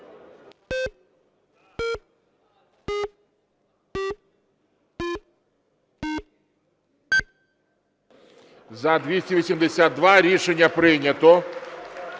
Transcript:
За-282 Рішення прийнято.